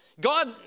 God